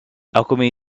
alchemy